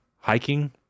hiking